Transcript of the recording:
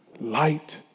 light